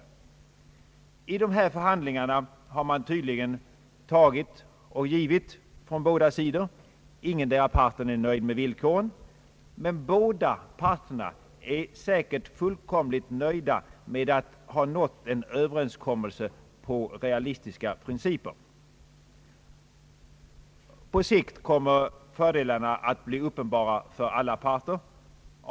Vid dessa förhandlingar har man tydligen tagit och givit från båda sidor. Ingendera parten är nöjd med villkoren, men båda parterna är säkert fullkomligt nöjda med att ha nått en överenskommelse efter realistiska principer. På sikt kommer fördelarna att bli uppenbara för alla parter.